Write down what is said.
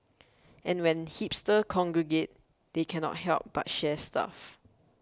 and when hipsters congregate they cannot help but share stuff